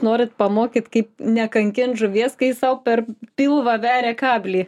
norit pamokyt kaip nekankint žuvies kai sau per pilvą veria kablį